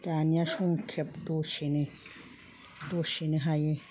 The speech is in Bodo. दानिया संखेब दसेनो दसेनो हायो